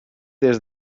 des